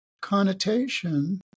connotation